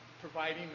Providing